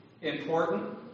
important